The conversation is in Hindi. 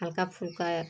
हल्का फुल्का